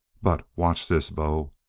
but watch this, bo!